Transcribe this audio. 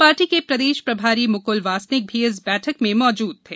party के प्रदेश प्रभारी मुकुल वासनिक भी इस बैठक में मौजूद थे